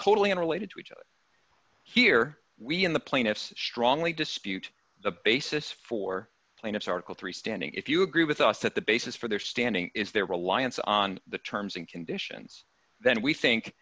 totally unrelated to each other here we in the plaintiffs strongly dispute the basis for plaintiffs article three standing if you agree with us that the basis for their standing is their reliance on the terms and conditions than we think